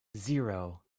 zero